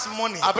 money